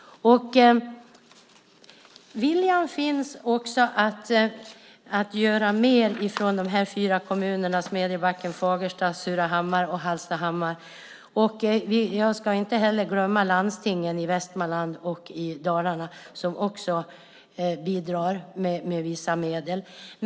Viljan finns att göra mer från de fyra kommunernas sida - Smedjebacken, Fagersta, Surahammar och Hallstahammar - och jag ska inte heller glömma att nämna landstingen i Västmanland och Dalarna, som också bidrar med vissa medel.